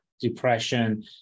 depression